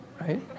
Right